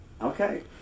Okay